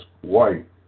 white